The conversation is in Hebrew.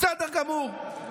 בסדר גמור.